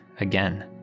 again